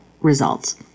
results